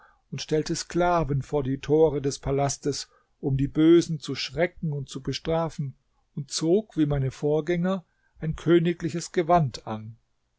und stellte sklaven vor die tore des palastes um die bösen zu schrecken und zu bestrafen und zog wie meine vorgänger ein königliches gewand an